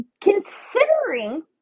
considering